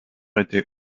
était